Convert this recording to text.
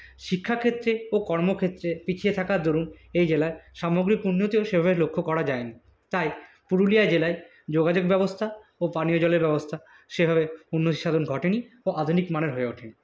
শিক্ষাক্ষেত্রে ও কর্মক্ষেত্রে পিছিয়ে থাকার দরুন এই জেলায় সামগ্রিক উন্নতিও সেইভাবে লক্ষ্য করা যায়না তাই পুরুলিয়া জেলায় যোগাযোগ ব্যবস্থা ও পানীয় জলের ব্যবস্থা সেভাবে উন্নতিসাধন ঘটেনি ও আধুনিক মানের হয়ে ওঠেনি